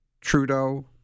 Trudeau